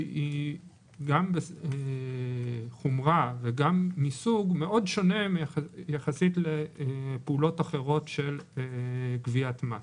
שהיא גם בחומרה וגם מסוג שונה מאוד יחסית לפעולות אחרות של גביית מס.